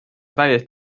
täiesti